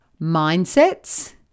mindsets